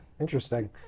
interesting